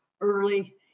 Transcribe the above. early